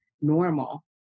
normal